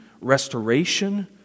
restoration